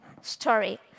story